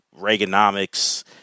Reaganomics